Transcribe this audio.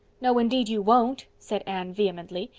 no, indeed, you won't, said anne vehemently.